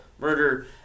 murder